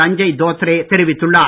சஞ்சய் தோத்ரே தெரிவித்துள்ளார்